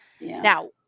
Now